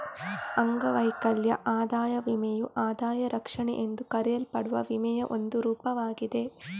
ಅಂಗವೈಕಲ್ಯ ಆದಾಯ ವಿಮೆಯು ಆದಾಯ ರಕ್ಷಣೆ ಎಂದು ಕರೆಯಲ್ಪಡುವ ವಿಮೆಯ ಒಂದು ರೂಪವಾಗಿದೆ